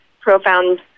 profound